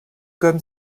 comme